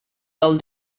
del